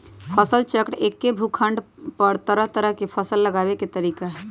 फसल चक्र एक्के भूखंड पर तरह तरह के फसल लगावे के तरीका हए